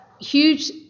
huge